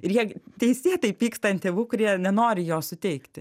ir jie teisėtai pyksta ant tėvų kurie nenori jo suteikti